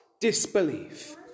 disbelief